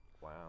Wow